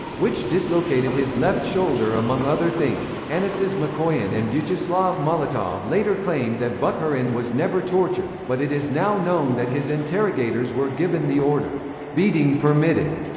which dislocated his left shoulder among other things anastas mikoyan and vyacheslav molotov later claimed that bukharin was never tortured, but it is now known that his interrogators were given the order beating permitted,